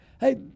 hey